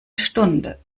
stunde